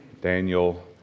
Daniel